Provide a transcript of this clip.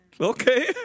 Okay